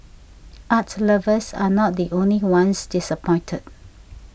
art lovers are not the only ones disappointed